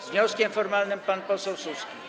Z wnioskiem formalnym pan poseł Suski.